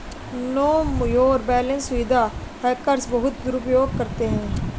no your balance सुविधा का hackers बहुत दुरुपयोग करते हैं